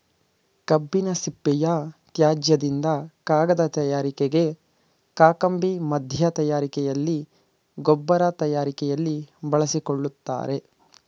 ಕಬ್ಬಿನ ಸಿಪ್ಪೆಯ ತ್ಯಾಜ್ಯದಿಂದ ಕಾಗದ ತಯಾರಿಕೆಗೆ, ಕಾಕಂಬಿ ಮಧ್ಯ ತಯಾರಿಕೆಯಲ್ಲಿ, ಗೊಬ್ಬರ ತಯಾರಿಕೆಯಲ್ಲಿ ಬಳಸಿಕೊಳ್ಳುತ್ತಾರೆ